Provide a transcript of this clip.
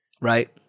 right